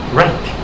right